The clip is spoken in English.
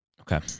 Okay